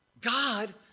God